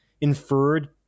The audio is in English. inferred